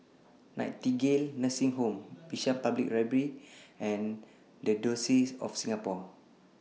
Nightingale Nursing Home Bishan Public Library and The Diocese of Singapore